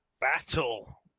Battle